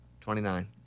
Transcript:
Twenty-nine